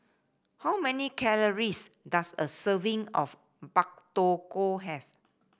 how many calories does a serving of Pak Thong Ko have